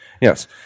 Yes